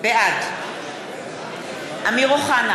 בעד אמיר אוחנה,